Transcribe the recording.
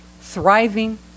thriving